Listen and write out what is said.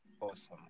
Awesome